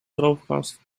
droogkast